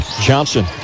Johnson